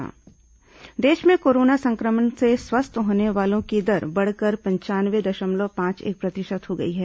corona समाचार देश में कोरोना संक्रमण से स्वस्थ होने वालों की दर बढ़कर पंचानवे दशमवल पांच एक प्रतिशत हो गई है